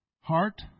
heart